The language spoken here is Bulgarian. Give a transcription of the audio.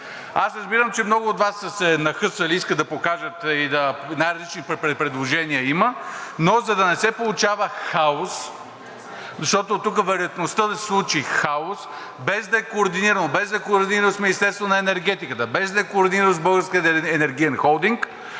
Аз разбирам, че много от Вас са се нахъсали, искат да покажат – най-различни предложения има, но за да не се получава хаос, защото тук вероятността да се случи хаос, без да е координирано с Министерството на енергетиката, без да е координирано с Българския енергиен холдинг,